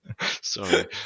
Sorry